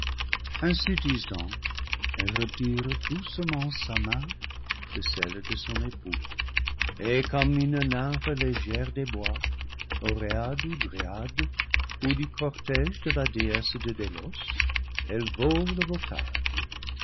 disant elle retire doucement sa main de celle de son époux et comme une nymphe légère des bois oréade ou dryade ou du cortége de la déesse de délos elle vole aux bocages